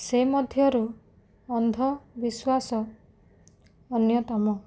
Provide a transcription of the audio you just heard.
ସେ ମଧ୍ୟରୁ ଅନ୍ଧ ବିଶ୍ୱାସ ଅନ୍ୟତମ